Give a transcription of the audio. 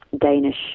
Danish